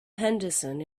henderson